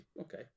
okay